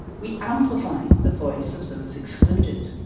we amplified the voice of those excluded.